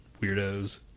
weirdos